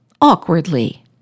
awkwardly